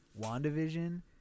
Wandavision